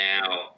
now